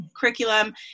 curriculum